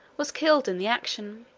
was killed in the action.